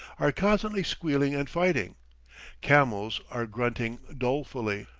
are constantly squealing and fighting camels, are grunting dolefully,